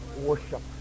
worship